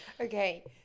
Okay